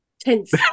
tense